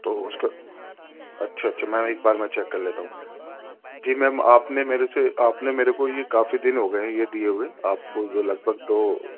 تو اس کا اچھا اچھا میں ایک بار میں چیک کر لیتا ہوں جی میم آپ نے میرے سے آپ نے میرے کو یہ کافی دن ہو گئے ہیں یہ دیے ہوئے آپ کو جو لگ بھگ دو